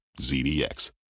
ZDX